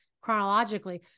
chronologically